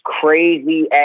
crazy